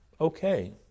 okay